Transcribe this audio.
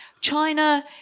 China